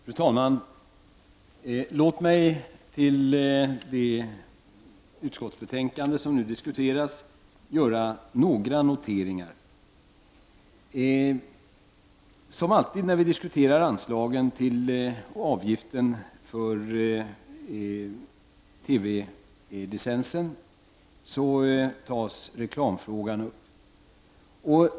Fru talman! Låt mig till det utskottsbetänkande som nu diskuteras göra några noteringar. Som alltid när vi diskuterar anslagen till avgiften för TV-licensen tas reklamfrågan upp.